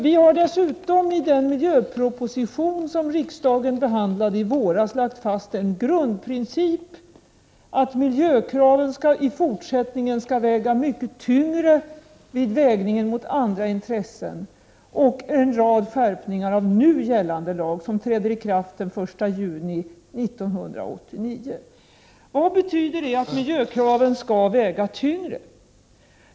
Vi har dessutom i den miljöproposition som riksdagen behandlade i våras lagt fast en grundprincip, att miljökraven i fortsättningen skall väga mycket tyngre vid vägningen mot andra intressen, och gjort en rad skärpningar av nu gällande lag vilka träder i kraft den 1 juni 1989. Vad betyder det, att miljökraven skall väga tyngre?